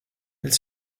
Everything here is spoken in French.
elle